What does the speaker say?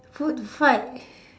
food fight